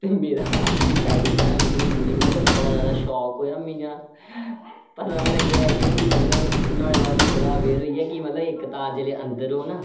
ते मेरा हत्थ साईड परा मिगी इन्नी बड़ा जादा शॉक होआ में इंया पता निं लग्गेआ कि केह् मतलब ते नहाड़े बाद में अवेअर होइया कि इक्क तार जेल्लै अंदर होऐ ना